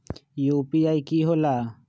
UPI कि होला?